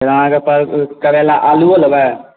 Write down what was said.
अहाँ आलूओ लेबै